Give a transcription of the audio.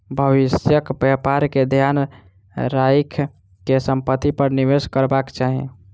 भविष्यक व्यापार के ध्यान राइख के संपत्ति पर निवेश करबाक चाही